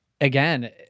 Again